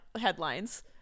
headlines